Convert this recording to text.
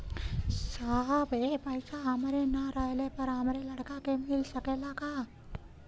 साहब ए पैसा हमरे ना रहले पर हमरे लड़का के मिल सकेला का?